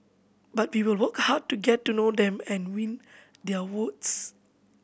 but we will work hard to get to know them and win their votes